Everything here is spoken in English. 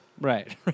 Right